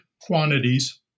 quantities